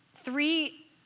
Three